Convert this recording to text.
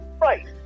right